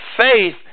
faith